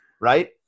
right